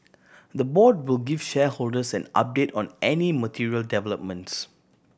the board will give shareholders an update on any material developments